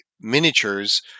miniatures